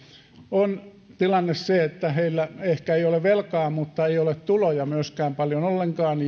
on tilanne se että heillä ehkä ei ole velkaa mutta ei ole myöskään tuloja paljon ollenkaan